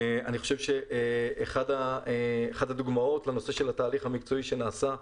אחת הדוגמאות לתהליך המקצועי שנעשה,